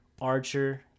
Archer